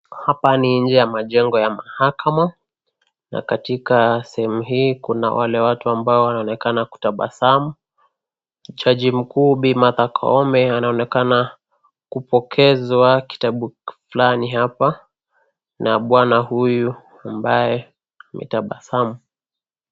Hapa ni nje ya majengo ya mahakama na katika sehemu hii kuna wale watu ambao wanaonekana kutabasamu. Jaji mkuu, Bi Martha Koome, anaonekana kupokezwa kitabu fulani hapa na bwana huyu ambaye ametabasamu.